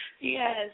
Yes